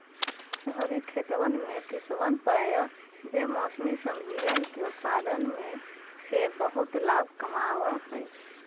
शहरी खेतवन में किसवन प्रायः बेमौसमी सब्जियन के उत्पादन से बहुत लाभ कमावा हई